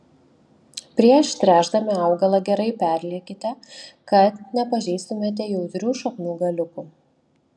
prieš tręšdami augalą gerai perliekite kad nepažeistumėte jautrių šaknų galiukų